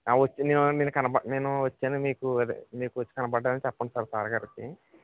వచ్చుండె నేను వచ్చయినా మీకు మీకు వచ్చి కనపడ్డానని చెప్పండి సార్ సాయిగారికి